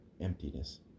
emptiness